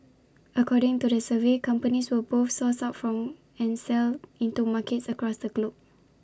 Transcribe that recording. according to the survey companies will both source from and sell into markets across the globe